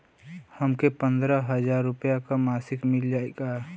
हमके पन्द्रह हजार रूपया क मासिक मिल जाई का?